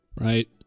right